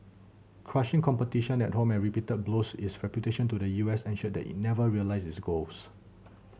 crushing competition at home and repeated blows its reputation to the U S ensured that it never realised those goals